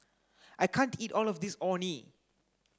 I can't eat all of this Orh Nee